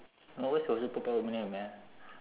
no what's your superpower name man